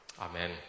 Amen